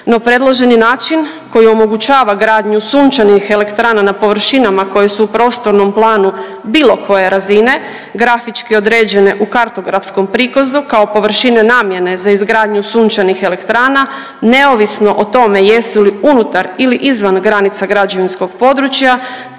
no predloženi način koji omogućava gradnju sunčanih elektrana na površinama koje su u prostornom planu bilo koje razine grafički određene u kartografskom prikazu kao površine namjene za izgradnju sunčanih elektrana neovisno o tome jesu li unutar ili izvan granica građevinskog područja,